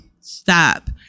stop